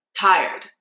tired